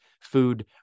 food